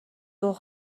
дуу